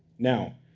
now,